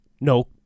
No